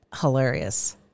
Hilarious